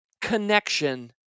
connection